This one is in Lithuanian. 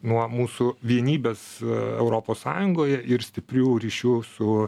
nuo mūsų vienybės europos sąjungoje ir stiprių ryšių su